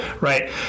Right